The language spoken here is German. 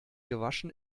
gewaschen